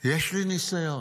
יש לי ניסיון.